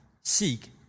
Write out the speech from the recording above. seek